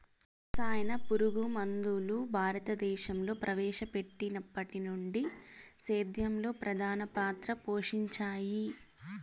రసాయన పురుగుమందులు భారతదేశంలో ప్రవేశపెట్టినప్పటి నుండి సేద్యంలో ప్రధాన పాత్ర పోషించాయి